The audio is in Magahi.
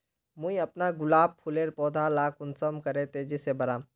मुई अपना गुलाब फूलेर पौधा ला कुंसम करे तेजी से बढ़ाम?